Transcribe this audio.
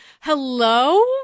hello